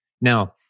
Now